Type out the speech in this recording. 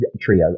trio